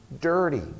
dirty